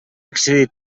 accedir